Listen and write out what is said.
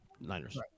Niners